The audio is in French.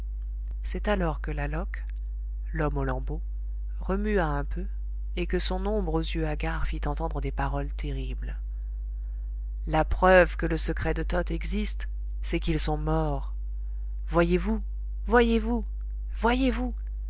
c'est alors que la loque lhomme aux lambeaux remua un peu et que son ombre aux yeux hagards fit entendre des paroles terribles la preuve que le secret de toth existe c'est qu'ils sont morts voyez-vous voyez-vous voyez-vous